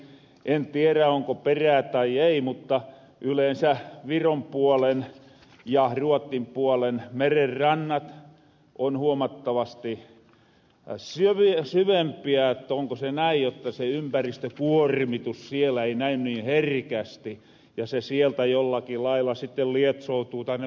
en tierä onko perää tai ei mutta yleensä viron puolen ja ruottin puolen merenrannat on huomattavasti syvempiä että onko se näin jotta se ympäristökuormitus siellä ei näy niin herkästi ja se sieltä jollakin lailla sitten lietsoutuu tänne meiränkin rannikolle